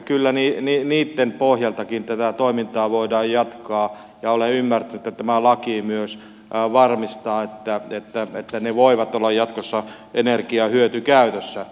kyllä niitten pohjaltakin tätä toimintaa voidaan jatkaa ja olen ymmärtänyt että tämä laki myös varmistaa että ne voivat olla jatkossa energiahyötykäytössä